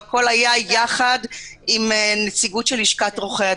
הכל היה יחד עם הנציגות של לשכת עורכי הדין.